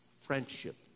friendship